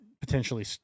potentially